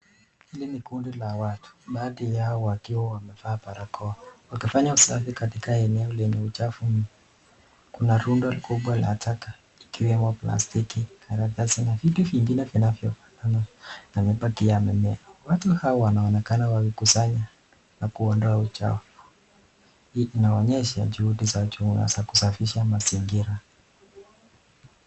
Hii ni kundi la watu baadhi yao wakiwa wamevaa barakoa wakifanya usafi katika eneo lenye uchafu mno. Kuna rundo kubwa la taka ikiwemo plastiki, Karatasi na vitu vingine vinavyotokana na mabaki ya mimea. Watu hao wanaonekana wakikusanya na kuondoa uchafu. Hii inaonyesha juhudi za uma zakusafisha mazingira.